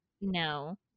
No